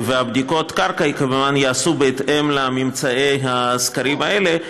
בדיקות קרקע ייעשו כמובן בהתאם לממצאי הסקרים האלה,